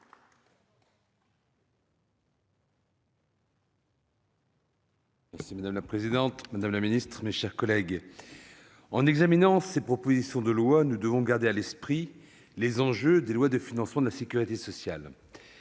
Madame la présidente, madame la ministre, mes chers collègues, en examinant ces propositions de loi, nous devons garder à l'esprit les enjeux des lois de financement de la sécurité sociale.